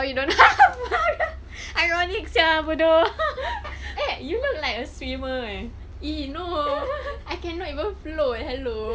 ironic sia bodoh eh no I cannot even float hello